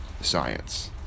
science